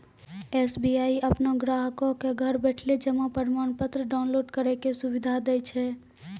SBI अपनो ग्राहको क घर बैठले जमा प्रमाणपत्र डाउनलोड करै के सुविधा दै छै